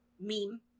meme